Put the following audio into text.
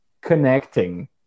connecting